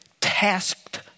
tasked